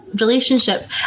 relationship